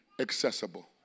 accessible